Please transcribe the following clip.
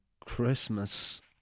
Christmas